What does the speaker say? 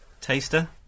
Taster